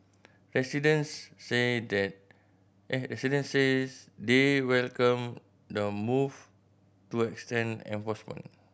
residents say they residents say they welcome the move to extend enforcement